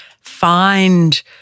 find